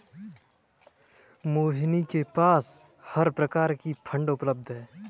मोहिनी के पास हर प्रकार की फ़ंड उपलब्ध है